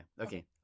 Okay